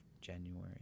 January